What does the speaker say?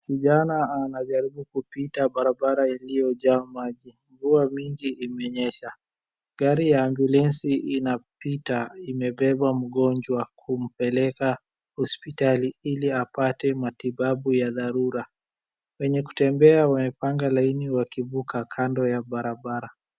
Kijana anajaribu kupita barabara iliyojaa maji, mvua mingi imenyesha, gari ya ambulensi imepita imebeba mgonjwa kumpeleka hopitali ili apate matibabu ya dharura. Wenye kutembea wamepanga laini wakivuka kando ya barabra.